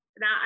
now